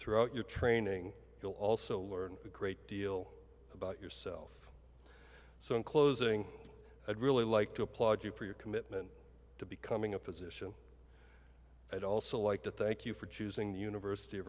throughout your training you'll also learn a great deal about yourself so in closing i'd really like to applaud you for your commitment to becoming a physician i'd also like to thank you for choosing the university of